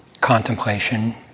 contemplation